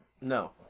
No